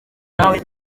nawe